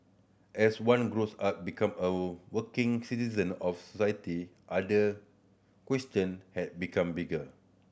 as one grows up become of working citizen of society other question had become bigger